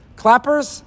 clappers